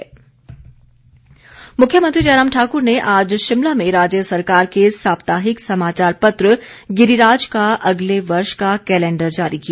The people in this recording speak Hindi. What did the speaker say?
गिरिराज मुख्यमंत्री जयराम ठाक्र ने आज शिमला में राज्य सरकार के साप्ताहिक समाचार पत्र गिरिराज का अगले वर्ष का कैलेंडर जारी किया